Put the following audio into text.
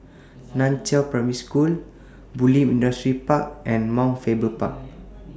NAN Chiau Primary School Bulim Industrial Park and Mount Faber Park